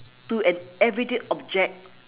to an everyday object